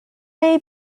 may